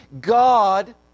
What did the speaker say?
God